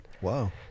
wow